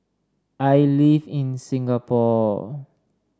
I live in Singapore